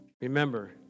remember